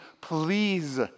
please